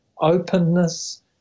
openness